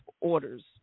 orders